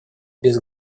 без